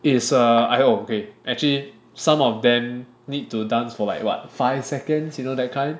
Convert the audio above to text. is err !aiyo! okay actually some of them need to dance for like what five seconds you know that kind